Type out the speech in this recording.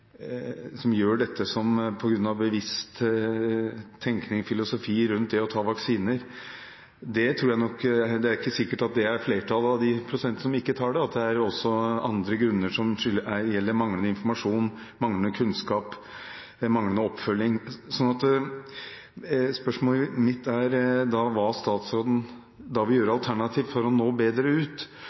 som ikke vaksinerer barna sine på grunn av en bevisst tenkning og filosofi rundt det å ta vaksiner, ikke nødvendigvis utgjør flertallet av dem som ikke gjør det. Det er også andre grunner, f.eks. manglende informasjon, manglende kunnskap og manglende oppfølging. Spørsmålet mitt er da hva statsråden vil gjøre alternativt for å nå bedre ut,